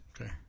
Okay